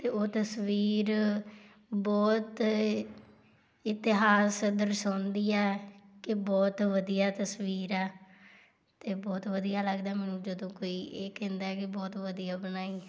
ਅਤੇ ਉਹ ਤਸਵੀਰ ਬਹੁਤ ਇਤਿਹਾਸ ਦਰਸਾਉਂਦੀ ਹੈ ਕਿ ਬਹੁਤ ਵਧੀਆ ਤਸਵੀਰ ਆ ਅਤੇ ਬਹੁਤ ਵਧੀਆ ਲੱਗਦਾ ਮੈਨੂੰ ਜਦੋਂ ਕੋਈ ਇਹ ਕਹਿੰਦਾ ਕਿ ਬਹੁਤ ਵਧੀਆ ਬਣਾਈ